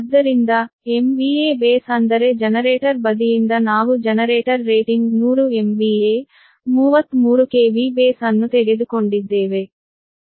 ಆದ್ದರಿಂದ MVA base ಅಂದರೆ generator ಬದಿಯಿಂದ ನಾವು generator rating 100 MVA 33 KV base ಅನ್ನು ತೆಗೆದುಕೊಂಡಿದ್ದೇವೆ